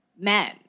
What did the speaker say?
men